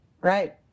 Right